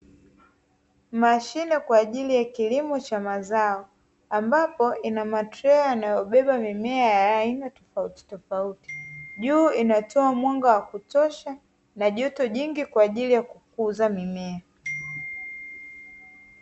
Mashine kwa ajili ya kilimo cha mazao ambapo ina matrei yanayobeba mimea ya aina tofautitofauti juu inatoa mwanga wa kutosha na joto jingi kwa ajili ya kukuza mimea.